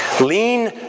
Lean